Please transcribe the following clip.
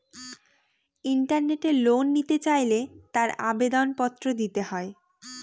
ইন্টারনেটে লোন নিতে চাইলে তার আবেদন পত্র দিতে হয়